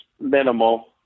minimal